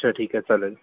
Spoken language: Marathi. अच्छा ठीक आहे चालेल